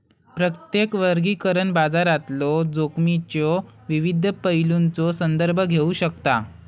प्रत्येक वर्गीकरण बाजारातलो जोखमीच्यो विविध पैलूंचो संदर्भ घेऊ शकता